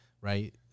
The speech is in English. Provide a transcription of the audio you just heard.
right